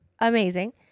amazing